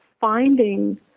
finding